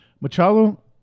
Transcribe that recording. Machado